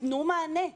תנו מענה.